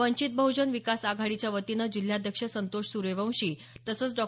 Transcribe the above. वंचित बहुजन विकास आघाडीच्या वतीनं जिल्हाध्यक्ष संतोष सुर्यवंशी तसंच डॉ